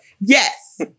Yes